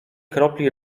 kropli